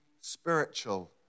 spiritual